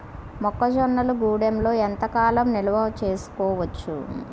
మొక్క జొన్నలు గూడంలో ఎంత కాలం నిల్వ చేసుకోవచ్చు?